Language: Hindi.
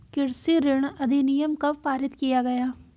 कृषि ऋण अधिनियम कब पारित किया गया?